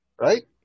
right